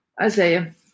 Isaiah